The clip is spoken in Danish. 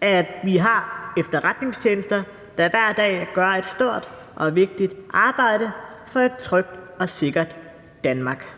at vi har efterretningstjenester, der hver dag gør et stort og vigtigt arbejde for et trygt og sikkert Danmark.